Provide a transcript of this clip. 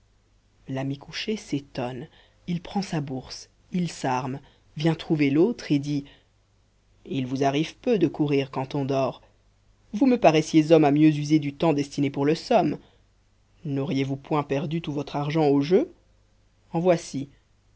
l'ami couché s'étonne il prend sa bourse il s'arme vient trouver l'autre et dit il vous arrive peu de courir quand on dort vous me paraissez homme à mieux user du temps destiné pour le somme n'auriez-vous point perdu tout votre argent au jeu en voici